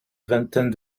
vingtaine